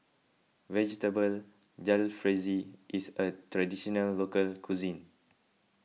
Vegetable Jalfrezi is a Traditional Local Cuisine